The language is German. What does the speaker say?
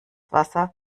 wasser